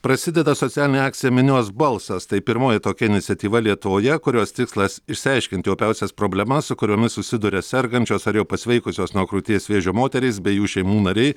prasideda socialinė akcija minios balsas tai pirmoji tokia iniciatyva lietuvoje kurios tikslas išsiaiškinti opiausias problemas su kuriomis susiduria sergančios ar jau pasveikusios nuo krūties vėžio moterys bei jų šeimų nariai